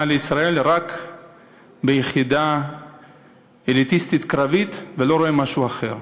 לישראל רק ביחידה אליטיסטית קרבית ולא רואה משהו אחר.